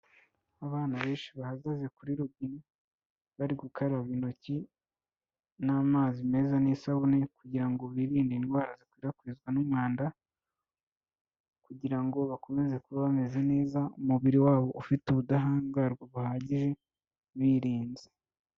Abana benshi bahagaze kuri robine, bari gukaraba intoki n'amazi meza n'isabune kugira ngo birinde indwara zikwirakwizwa n'umwanda, kugira ngo bakomeze kuba bameze neza, umubiri wabo ufite ubudahangarwa buhagije birinze.